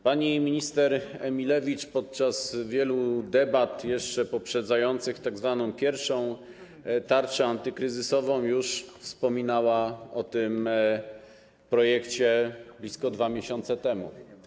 Pani minister Emilewicz podczas wielu debat jeszcze poprzedzających tzw. pierwszą tarczę antykryzysową wspominała już o tym projekcie blisko 2 miesiące temu.